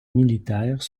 militaire